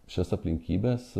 šias aplinkybes